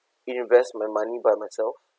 invest my money by myself